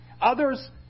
Others